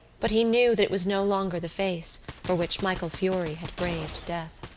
but he knew that it was no longer the face for which michael furey had braved death.